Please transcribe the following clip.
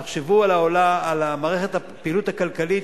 תחשבו על מערכת הפעילות הכלכלית,